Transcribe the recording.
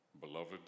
Beloved